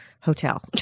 hotel